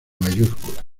mayúsculas